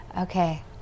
Okay